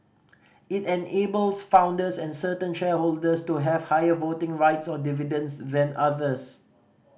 it enables founders and certain shareholders to have higher voting rights or dividends than others